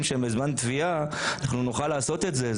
שהם בזמן תביעה אנחנו נוכל לעשות את זה.